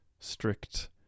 Strict